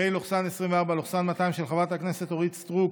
פ/400/24, של חברת הכנסת אורית סטרוק